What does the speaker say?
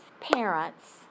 parents